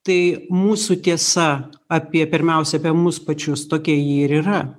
tai mūsų tiesa apie pirmiausia apie mus pačius tokia ji ir yra